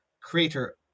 creator